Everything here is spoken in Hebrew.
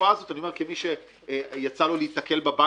התופעה הזו אני אומר כמי שיצא לו להיתקל בבנקים,